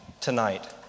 tonight